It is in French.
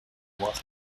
mois